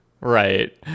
Right